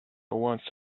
wants